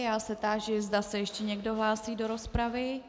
Já se táži, zda se ještě někdo hlásí do rozpravy.